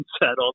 settled